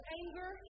anger